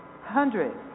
hundreds